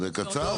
שלא יתייאשו.